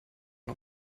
nur